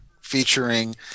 featuring